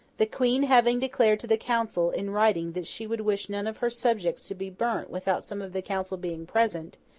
the queen having declared to the council, in writing, that she would wish none of her subjects to be burnt without some of the council being present,